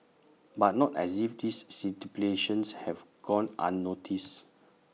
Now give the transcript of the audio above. but not as if this stipulations have gone unnoticed